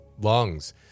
lungs